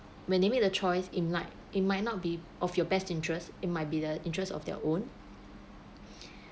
when they make the choice in life it might not be of your best interest it might be the interests of their own